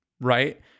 right